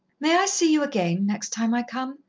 may i see you again, next time i come?